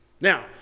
Now